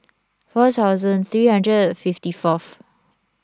four thousand three hundred and fifty fourth